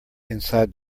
inside